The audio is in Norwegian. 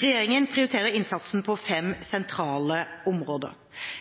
Regjeringen prioriterer innsatsen på fem sentrale områder.